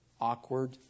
awkward